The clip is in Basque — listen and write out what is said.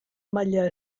maila